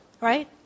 right